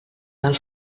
del